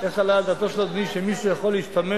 איך עלה על דעתו של אדוני שמישהו יכול להשתמש